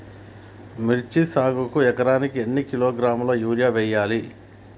మిర్చి సాగుకు ఎకరానికి ఎన్ని కిలోగ్రాముల యూరియా వేయాలి?